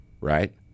right